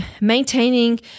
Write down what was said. maintaining